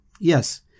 Yes